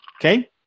Okay